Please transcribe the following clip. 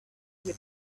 with